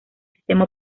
sistema